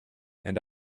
and